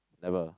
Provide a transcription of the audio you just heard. never